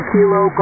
Kilo